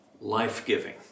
life-giving